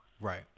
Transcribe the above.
Right